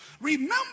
Remember